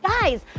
Guys